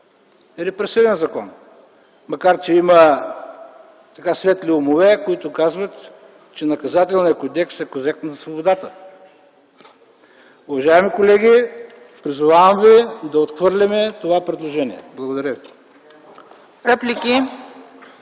е репресивен закон, макар че има светли умове, които казват, че Наказателният кодекс е кодекс на свободата. Уважаеми колеги, призовавам ви да отхвърлим това предложение. Благодаря Ви.